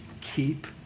Keep